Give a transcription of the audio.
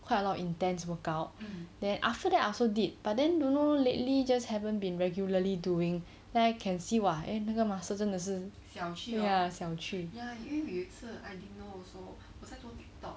quite a lot of intense workout then after that I also did but then don't know lately just haven't been regularly doing then I can see why 那个 muscle 真的是小去